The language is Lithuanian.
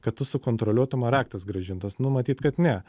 kad tu sukontroliuotum ar aktas grąžintas nu matyt kad ne